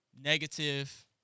negative